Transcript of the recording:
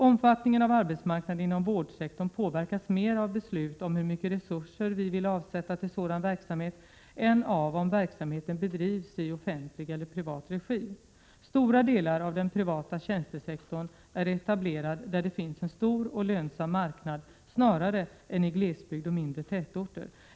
Omfattningen av arbetsmarknaden inom vårdsektorn påverkas mer av beslut om hur mycket resurser vi vill avsätta till sådan verksamhet än av om verksamheten bedrivs i offentlig eller privat regi. Stora delar av den privata tjänstesektorn är etablerad där det finns en stor och lönsam marknad snarare än i glesbygd och mindre tätorter.